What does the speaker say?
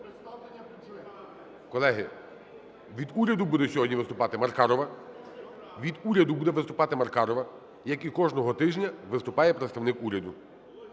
Колеги, від уряду будуть сьогодні виступати Маркарова, від уряду буде виступати Маркарова, як і кожного тижня виступає представник уряду,